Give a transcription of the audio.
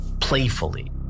playfully